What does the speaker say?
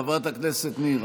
חברת הכנסת ניר,